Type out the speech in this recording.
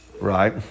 Right